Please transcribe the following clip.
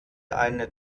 eine